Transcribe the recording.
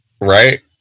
right